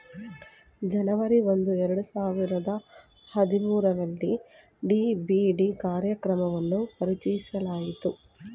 ಜನವರಿ ಒಂದು ಎರಡು ಸಾವಿರದ ಹದಿಮೂರುರಲ್ಲಿ ಡಿ.ಬಿ.ಡಿ ಕಾರ್ಯಕ್ರಮ ಪರಿಚಯಿಸಿತು